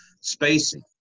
spacing